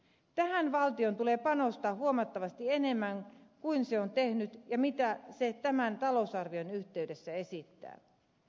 tähän valtion tulee panostaa huomattavasti enemmän kuin se on tehnyt ja mitä se tämän talousarvion yhteydessä esittää